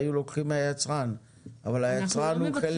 היו לוקחים מהיצרן אבל היצרן הוא חלק